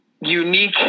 unique